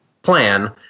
Plan